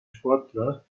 sportler